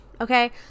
okay